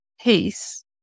peace